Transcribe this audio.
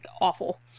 awful